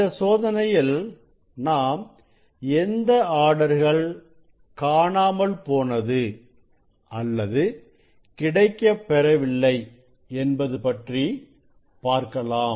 இந்த சோதனையில் நாம் எந்த ஆர்டர்கள் காணாமல் போனது அல்லது கிடைக்கப் பெறவில்லை என்பது பற்றி பார்க்கலாம்